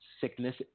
sickness